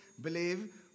believe